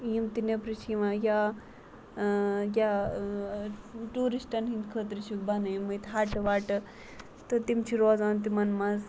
یِم تہِ نیٚبرٕ چھِ یِوان یا یا ٹوٗرِسٹَن ہٕنٛدۍ خٲطرٕ چھِکھ بَنٲیمٕتۍ ہَٹہٕ وَٹہٕ تہٕ تِم چھِ روزان تِمَن منٛز